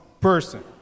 person